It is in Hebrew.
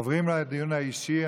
עוברים לדיון האישי.